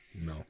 No